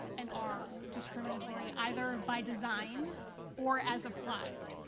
and are, discriminatory either by design or as applied.